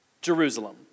Jerusalem